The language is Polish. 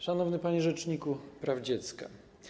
Szanowny Panie Rzeczniku Praw Dziecka!